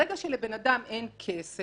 ברגע שלבן אדם אין כסף